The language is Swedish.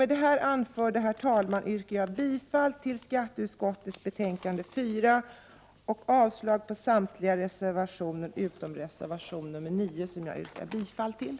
Med det anförda vill jag yrka bifall till skatteutskottets hemställan i betänkande 4 och avslag på samtliga reservationer utom reservation nr 9, som jag yrkar bifall till.